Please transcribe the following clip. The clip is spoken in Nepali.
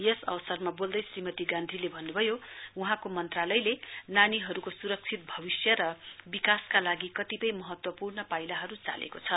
यस अवसरमा वोल्दै श्रीमती गान्धीले भन्नुभयो वहाँको मन्त्रालयले नानीहरुको सुरक्षित भविष्य र विकासका लागि कतिपय महत्वपूर्ण पाइलाहरु चालेको छ